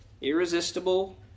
irresistible